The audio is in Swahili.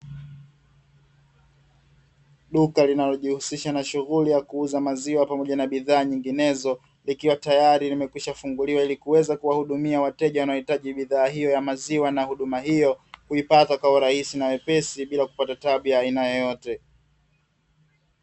Duka linalojihusisha na shughuli ya kuuza maziwa pamoja na bidhaa nyinginezo, likiwa tayari limekwishafunguliwa ili kuweza kuwahudumia wateja wanaohitaji bidhaa hiyo ya maziwa na huduma hiyo, kuipata kwa urahisi na wepesi bila kupata tabu ya aina yoyote.